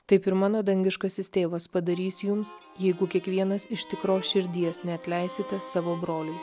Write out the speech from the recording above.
taip ir mano dangiškasis tėvas padarys jums jeigu kiekvienas iš tikros širdies neatleisite savo broliui